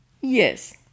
Yes